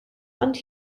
and